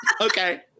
Okay